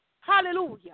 Hallelujah